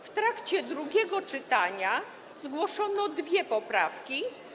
W trakcie drugiego czytania zgłoszono dwie poprawki.